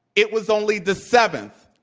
it was only the seventh,